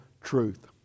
truth